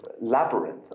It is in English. labyrinth